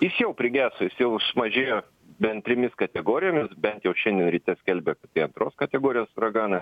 iš jau prigeso jis jau sumažėjo bent trimis kategorijomis bent jau šiandien ryte skelbė apie antros kategorijos uraganą